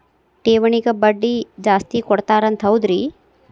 ಠೇವಣಿಗ ಬಡ್ಡಿ ಜಾಸ್ತಿ ಕೊಡ್ತಾರಂತ ಹೌದ್ರಿ?